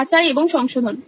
যাচাই এবং সংশোধন